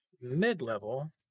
mid-level